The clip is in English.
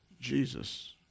Jesus